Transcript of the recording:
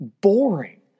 boring